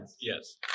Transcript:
Yes